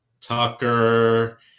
Tucker